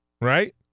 Right